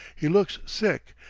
he looks sick,